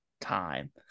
time